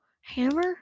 hammer